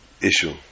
issue